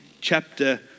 chapter